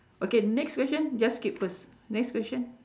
okay next question just skip first next question